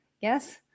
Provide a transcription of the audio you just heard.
yes